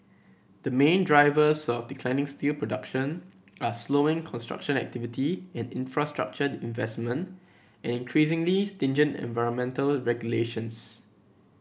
the main drivers of declining steel production are slowing construction activity and infrastructure investment and increasingly stringent environmental regulations